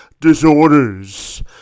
disorders